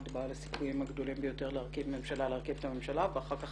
בעל הסיכויים הגדולים ביותר להרכיב ממשלה ואחר כך,